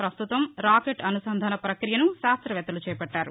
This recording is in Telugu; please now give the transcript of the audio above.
ప్రస్తుతం రాకెట్ అనుసంధాన ప్రకియను శాష్టవేత్తలు చేపట్టారు